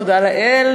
תודה לאל,